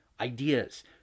ideas